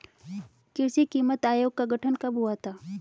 कृषि कीमत आयोग का गठन कब हुआ था?